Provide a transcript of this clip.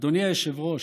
אדוני היושב-ראש,